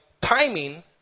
timing